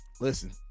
listen